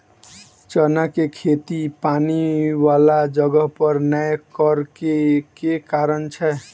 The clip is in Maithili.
चना केँ खेती पानि वला जगह पर नै करऽ केँ के कारण छै?